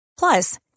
Plus